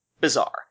bizarre